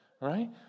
right